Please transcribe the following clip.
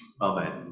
Amen